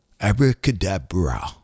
Abracadabra